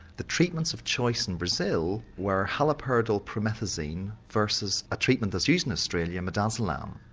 the treatments of choice in brazil were haloperidol promethazine versus a treatment that's used in australia, midazolam.